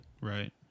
Right